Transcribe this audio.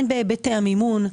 הן בהיבטי המימון,